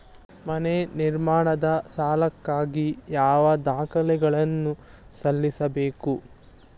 ಮನೆ ನಿರ್ಮಾಣದ ಸಾಲಕ್ಕಾಗಿ ಯಾವ ದಾಖಲೆಗಳನ್ನು ಸಲ್ಲಿಸಬೇಕು?